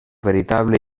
veritable